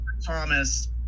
Thomas